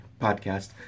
podcast